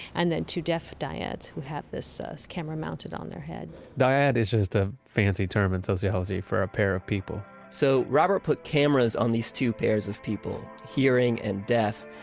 and then two deaf dyads who have this camera mounted on their head dyad is just a fancy term in sociology for a pair of people so robert put cameras on these two pairs of people, hearing and deaf,